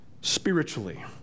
Spiritually